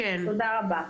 תודה רבה.